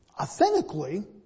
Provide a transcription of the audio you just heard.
authentically